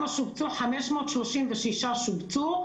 536 שובצו,